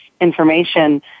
information